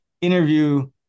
interview